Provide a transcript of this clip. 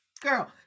girl